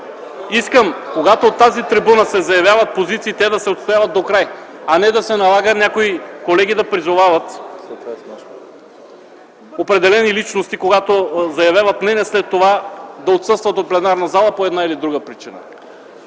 искам, когато от тази трибуна се заявяват позиции, те да се отстояват докрай, а не да се налага някои колеги да призовават определени личности, когато заявяват мнение, след това да отсъстват от пленарната зала по една или друга причина.